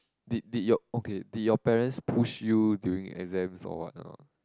did did your okay did your parents push you during exams or what not